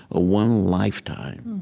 ah one lifetime.